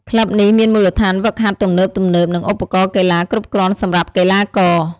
ក្លឹបនេះមានមូលដ្ឋានហ្វឹកហាត់ទំនើបៗ និងឧបករណ៍កីឡាគ្រប់គ្រាន់សម្រាប់កីឡាករ។